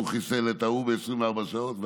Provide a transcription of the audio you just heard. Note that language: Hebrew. הוא חיסל את ההוא ב-24 שעות והכול,